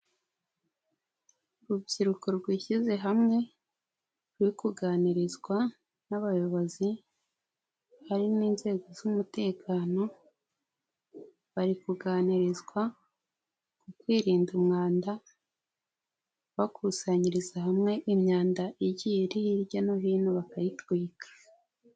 Urubyiruko rwishyize hamwe ruri kuganirizwa n'abayobozi, hari inzego z'umutekano. Bari kuganirizwa ku kwirinda umwanda, bakusanyiriza hamwe imyanda igiye iri hirya no hino bakayitwika.